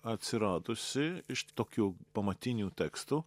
atsiradusi iš tokių pamatinių tekstų